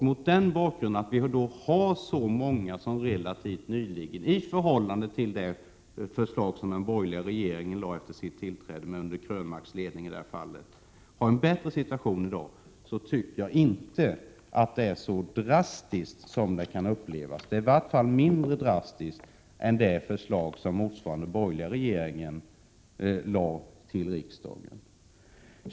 Mot bakgrund av att situationen, i förhållande till det förslag som den borgerliga regeringen med Eric Krönmark som försvarsminister lade fram vid sitt tillträde, i dag är bättre tycker jag inte att detta är ett så drastiskt förslag som det kanske kan upplevas. Det är i varje fall mindre drastiskt än motsvarande förslag som den dåvarande borgerliga regeringen lade fram för riksdagen.